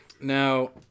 now